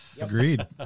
Agreed